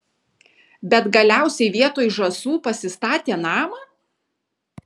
bet galiausiai vietoj žąsų pasistatė namą